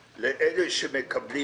תארים.